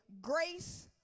grace